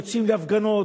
יוצאים להפגנות,